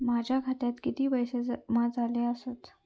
माझ्या खात्यात किती पैसे जमा झाले आसत?